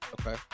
Okay